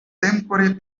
tempore